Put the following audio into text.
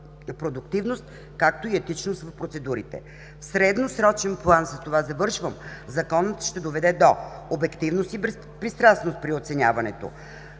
продуктивност, както и етичност в процедурите. В средносрочен план Законът ще доведе до обективност и безпристрастност при оценяването,